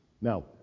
Now